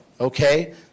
Okay